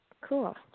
Cool